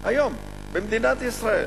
היום, במדינת ישראל,